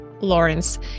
Lawrence